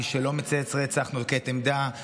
מי שלא מצייץ "רצח" נוקט עמדה,